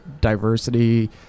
diversity